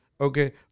Okay